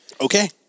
Okay